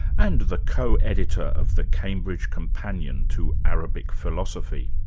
and the co-editor of the cambridge companion to arabic philosophy.